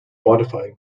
modifying